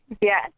yes